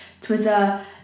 twitter